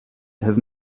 have